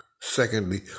Secondly